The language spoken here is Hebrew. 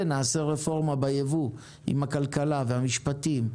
נעשה רפורמה ביבוא עם הכלכלה והמשפטים,